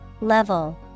Level